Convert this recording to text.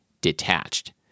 detached